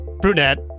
brunette